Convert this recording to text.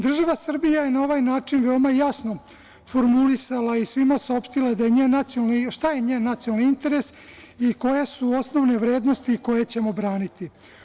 Država Srbija je na ovaj način veoma jasno formulisala i svima saopštila šta je njen nacionalni interes i koje su osnovne vrednosti koje ćemo braniti.